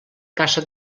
caça